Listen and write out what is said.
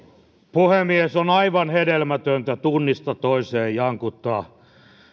puhemies on aivan hedelmätöntä tunnista toiseen jankuttaa